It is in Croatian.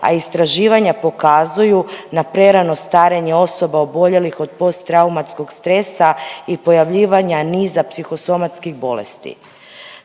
a istraživanja pokazuju na prerano starenje osoba oboljelih od post reumatskog stresa i pojavljivanja niza psihosomatskih bolesti.